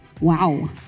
Wow